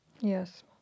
Yes